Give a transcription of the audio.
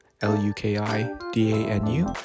L-U-K-I-D-A-N-U